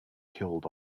killed